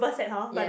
yes